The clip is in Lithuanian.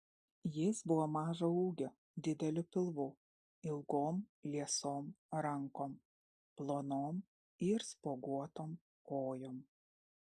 jis buvo mažo ūgio dideliu pilvu ilgom liesom rankom plonom ir spuoguotom kojom